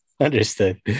Understood